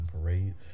parade